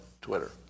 Twitter